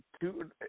two